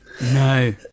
No